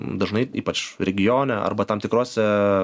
dažnai ypač regione arba tam tikruose